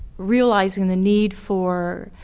realizing the need for,